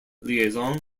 liaison